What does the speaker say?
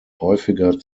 häufiger